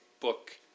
book